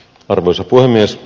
arvoisa puhemies